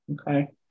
Okay